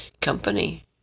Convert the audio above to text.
company